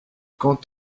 quand